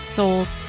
souls